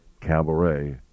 Cabaret